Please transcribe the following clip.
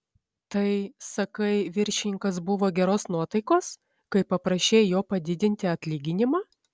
tai sakai viršininkas buvo geros nuotaikos kai paprašei jo padidinti atlyginimą